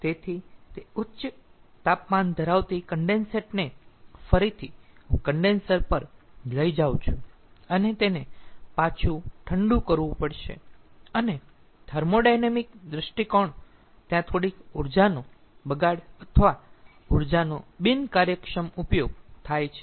તેથી તે ઉચ્ચ તાપમાન ધરાવતી કન્ડેન્સેટ ને ફરીથી હું કન્ડેન્સર પર લઈ જાઉં છું અને તેને પાછું ઠંડુ કરવું પડશે અને થર્મોોડાયનેમિક દૃષ્ટિકોણ ત્યા થોડીક ઊર્જાનો બગાડ અથવા ઊર્જાનો બિનકાર્યક્ષમ ઉપયોગ થાય છે